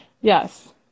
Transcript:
yes